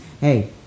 Hey